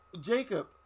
Jacob